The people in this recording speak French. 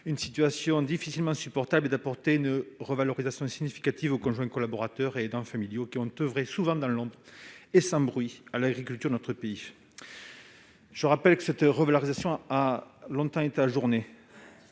une situation difficilement supportable et d'offrir une revalorisation significative aux conjoints collaborateurs et aux aidants familiaux, qui ont oeuvré, souvent dans l'ombre et sans bruit, à l'agriculture de notre pays. Je veux rappeler que cette revalorisation a longtemps été ajournée